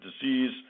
disease